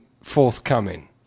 forthcoming